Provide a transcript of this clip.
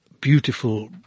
beautiful